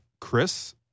Chris